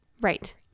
right